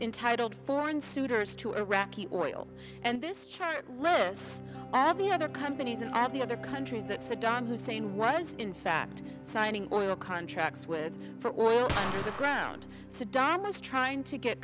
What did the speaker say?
intitled foreign suitors to iraqi oil and this china louis of the other companies and at the other countries that saddam hussein was in fact signing oil contracts with for oil in the ground saddam was trying to get